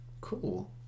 Cool